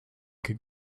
could